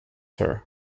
her